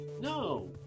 No